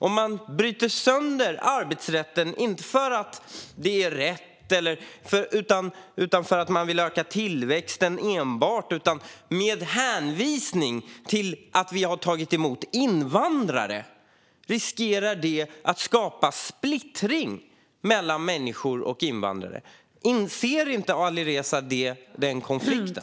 Om man bryter sönder arbetsrätten inte för att det är rätt eller för att man vill öka tillväxten utan med hänvisning till att vi har tagit emot invandrare riskerar det att skapa splittring mellan människor och invandrare. Inser inte Alireza den konflikten?